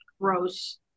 gross